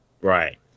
Right